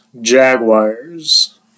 Jaguars